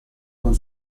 con